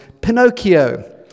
Pinocchio